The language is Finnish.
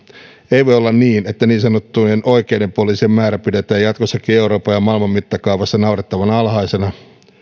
ei voi olla niin että niin sanottujen oikeiden poliisien määrä pidetään jatkossakin euroopan ja maailman mittakaavassa naurettavan alhaisena